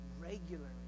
regularly